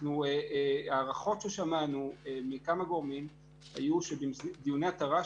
ההערכות ששמענו מכמה גורמים היו שדיוני התר"ש